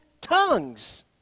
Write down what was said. tongues